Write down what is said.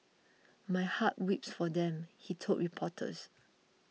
my heart weeps for them he told reporters